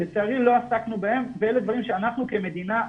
לצערי לא עסקנו בהם ואלה דברים שאנחנו כמדינה,